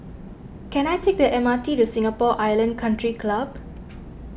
can I take the M R T to Singapore Island Country Club